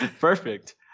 Perfect